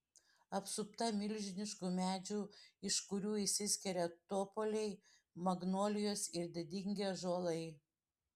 apsupta milžiniškų medžių iš kurių išsiskiria topoliai magnolijos ir didingi ąžuolai